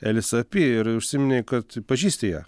elisapi ir užsiminei kad pažįsti ją